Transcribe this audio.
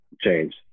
change